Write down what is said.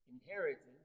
inheritance